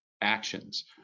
actions